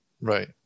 right